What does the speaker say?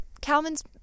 Calvin's